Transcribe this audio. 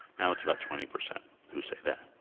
now it's about twenty percent who say that.